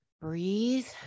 Breathe